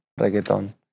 reggaeton